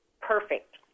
Perfect